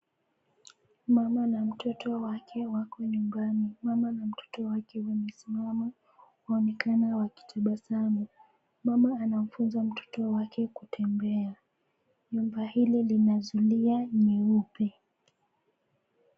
Mama na mtoto wake wako nyumbani. Mama na mtoto wake wamesimama, waonekana wakitabasamu. Mama anamfunza mtoto wake kutembea. Nyumba hili lina zulia nyeupe.